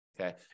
okay